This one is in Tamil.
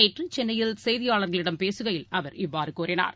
நேற்றுசென்னையில் செய்தியாளர்களிடம் பேசுகையில் அவர் இவ்வாறுகூறினார்